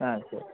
ஆ சரி